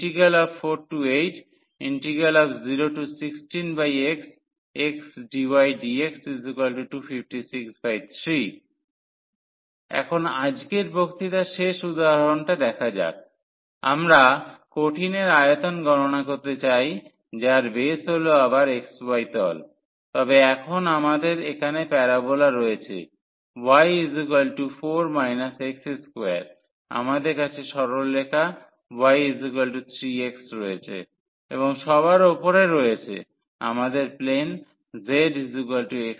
040xxdydx48016xxdydx2563 এখন আজকের বক্তৃতার শেষ উদাহরণটা দেখা যাক আমরা কঠিনের আয়তন গণনা করতে চাই যার বেস হল আবার xy তল তবে এখন আমাদের এখানে প্যারাবোলা রয়েছে y 4 x2 আমাদের কাছে সরলরেখা y3x রয়েছে এবং সবার উপরে রয়েছে আমাদের প্লেন zx 4